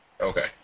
Okay